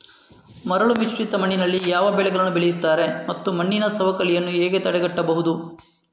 ಮರಳುಮಿಶ್ರಿತ ಮಣ್ಣಿನಲ್ಲಿ ಯಾವ ಬೆಳೆಗಳನ್ನು ಬೆಳೆಯುತ್ತಾರೆ ಮತ್ತು ಮಣ್ಣಿನ ಸವಕಳಿಯನ್ನು ಹೇಗೆ ತಡೆಗಟ್ಟಬಹುದು?